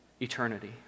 eternity